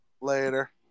Later